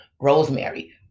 Rosemary